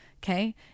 Okay